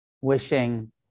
Wishing